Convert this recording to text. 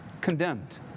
condemned